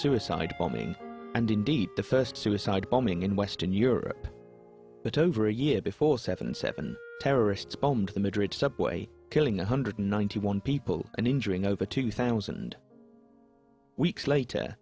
suicide bombing and indeed the first suicide bombing in western europe but over a year before seven seven terrorists bombed the madrid subway killing one hundred ninety one people and injuring over two thousand weeks later